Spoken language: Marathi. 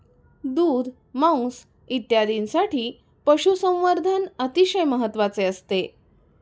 दूध, मांस इत्यादींसाठी पशुसंवर्धन अतिशय महत्त्वाचे असते